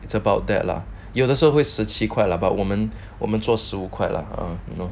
it's about that lah 有的社会十七块 lah but 我们我们做十五块 lah or no